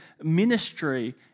ministry